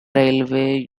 railway